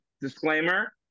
disclaimer